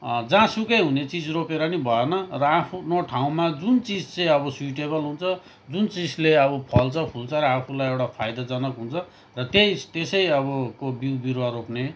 जहाँसुकै हुने चिज रोपेर पनि भएन र आफ्नो ठाउँमा जुन चिज चाहिँ अब सुइटेबल हुन्छ जुन चिजले अब फल्छ फुल्छ र आफूलाई एउटा फाइदाजनक हुन्छ र त्यही त्यसै अबको बिउ बिरुवा रोप्ने